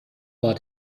war